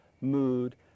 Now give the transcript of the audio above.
mood